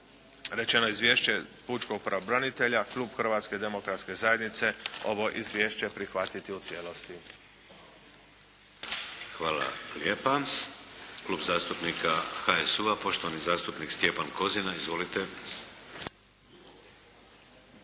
rečeno Izvješće pučkog pravobranitelja, klub Hrvatske demokratske zajednice ovo izvješće prihvatiti u cijelosti. **Šeks, Vladimir (HDZ)** Hvala lijepa. Klub zastupnika HSU-a, poštovani zastupnik Stjepan Kozina. Izvolite!